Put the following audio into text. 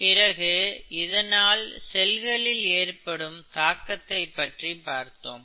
பிறகு இதனால் செல்களில் ஏற்படும் தாக்கத்தை பற்றி பார்த்தோம்